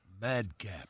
Madcap